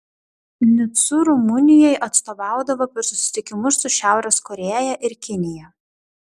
nicu rumunijai atstovaudavo per susitikimus su šiaurės korėja ir kinija